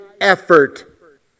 effort